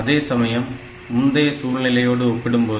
அதேசமயம் முந்தைய சூழ்நிலையோடு ஒப்பிடும்போது